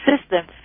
system